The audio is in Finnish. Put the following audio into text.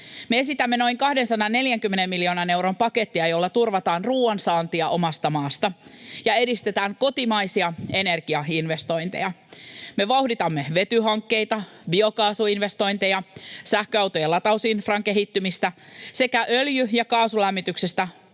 esitämme noin 240 miljoonan euron pakettia, jolla turvataan ruoan saantia omasta maasta ja edistetään kotimaisia energiainvestointeja. Me vauhditamme vetyhankkeita, biokaasuinvestointeja, sähköautojen latausinfran kehittymistä sekä öljy- ja kaasulämmityksestä